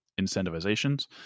incentivizations